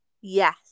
Yes